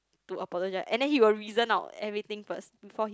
to apologized and then he will reasons out everything first he